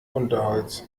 unterholz